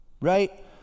right